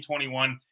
2021